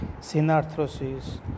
synarthrosis